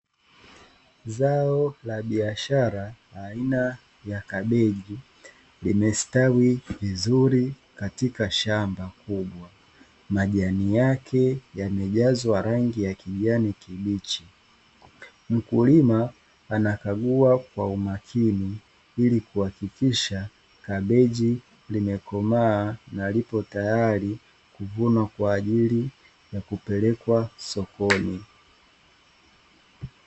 Zao la biashara aina ya kabichi limestawi vizuri katika shamba kubwa, majani yake yamejazwa rangi ya kijani kibichi. Mkulima anakagua kwa umakini ili kuhakikisha kabichi limekomaa na lipo tayari kuvuna kwa ajili ya kupelekwa sokoni.